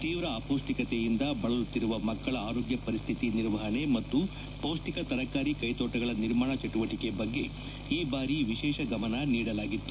ತೀವ್ರ ಅಪೌಷ್ಣಿಕತೆಯಿಂದ ಬಳಲುತ್ತಿರುವ ಮಕ್ಕಳ ಆರೋಗ್ಯ ಪರಿಸ್ಡಿತಿ ನಿರ್ವಹಣೆ ಮತ್ತು ಪೌಷ್ಣಿಕ ತರಕಾರಿ ಕೈತೋಟಗಳ ನಿರ್ಮಾಣ ಚಟುವಟಿಕೆ ಬಗ್ಗೆ ಈ ಬಾರಿ ವಿಶೇಷ ಗಮನ ನೀಡಲಾಗಿತ್ತು